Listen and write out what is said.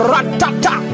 Ratata